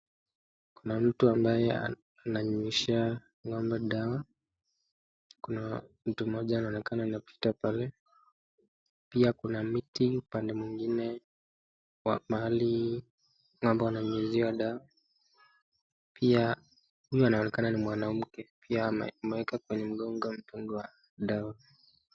Kuna mtu ambaye ananyunyuzia ng'ombe dawa, kuna mtu mmoja anaonekana anapita pale, pia kuna miti pande mwingine wa mahali ng'ombe wananyunyuziwa dawa, pia huyu anaonekana ni mwanamke, pia ameweka kwenye mgongo mtungi wa dawa.